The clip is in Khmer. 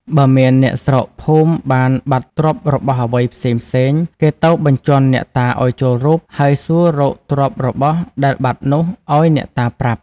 បើមានអ្នកស្រុកភូមិមានបាត់ទ្រព្យរបស់អ្វីផ្សេងៗ គេទៅបញ្ជាន់អ្នកតាឲ្យចូលរូប ហើយសួររកទ្រព្យរបស់ដែលបាត់នោះ ឲ្យអ្នកតាប្រាប់ ។